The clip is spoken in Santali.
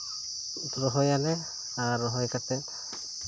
ᱨᱚᱦᱚᱭᱟᱞᱮ ᱟᱨ ᱨᱚᱦᱚᱭ ᱠᱟᱛᱮ